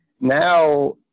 now